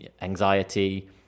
anxiety